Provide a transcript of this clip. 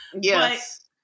yes